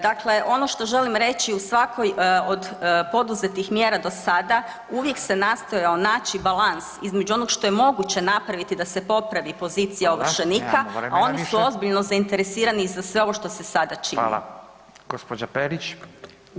Dakle, ono što želim reći u svakoj od poduzetih mjera do sada uvijek se nastojao naći balans između onog što je moguće napraviti da se popravi pozicija ovršenika, a oni su ozbiljno zainteresirani za sve ovo što se sada čini.